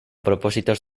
propósitos